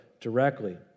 directly